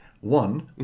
One